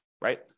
Right